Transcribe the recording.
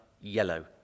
yellow